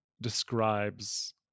describes